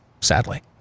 sadly